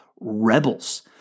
rebels